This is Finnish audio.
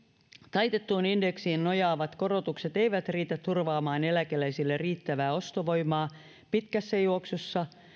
taitettuun indeksiin nojaavat korotukset eivät riitä turvaamaan eläkeläisille riittävää ostovoimaa pitkässä juoksussa